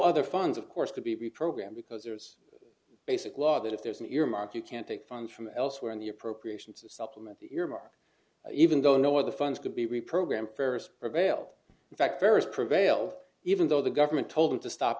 other funds of course to be reprogrammed because there's a basic law that if there's an earmark you can take funds from elsewhere in the appropriations of supplement earmark even though no of the funds could be reprogrammed fairest prevailed in fact various prevailed even though the government told them to stop